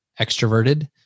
extroverted